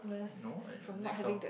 no I am next orh